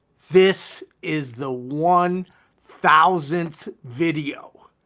this is the one thousandth video,